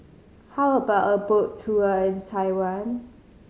how about a boat tour in Taiwan